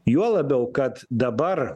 juo labiau kad dabar